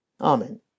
Amen